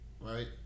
right